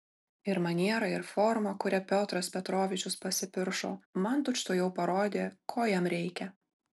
ir maniera ir forma kuria piotras petrovičius pasipiršo man tučtuojau parodė ko jam reikia